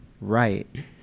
right